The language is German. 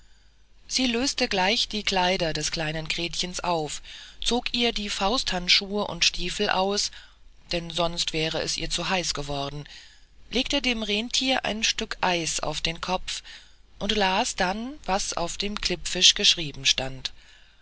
sie löste gleich die kleider des kleinen gretchen auf zog ihr die fausthandschuhe und stiefel aus denn sonst wäre es ihr zu heiß geworden legte dem renntier ein stück eis auf den kopf und las dann was auf dem klippfisch geschrieben stand